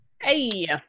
Hey